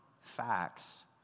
facts